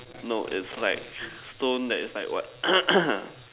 no it's like stone that is like what